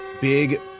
big